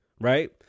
right